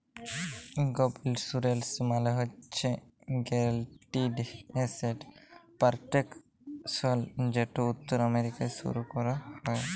gap insurance মালে হছে guaranteed asset protection যেট উত্তর আমেরিকায় শুরু ক্যরা হ্যয়